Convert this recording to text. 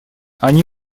они